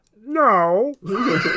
no